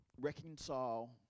reconcile